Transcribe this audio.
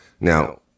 Now